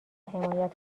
حمایت